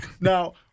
Now